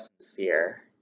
sincere